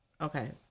okay